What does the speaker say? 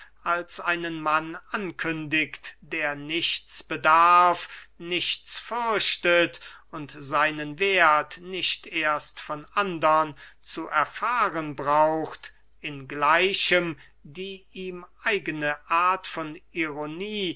als einen mann ankündigt der nichts bedarf nichts fürchtet und seinen werth nicht erst von andern zu erfahren braucht angleichen die ihm eigene art von ironie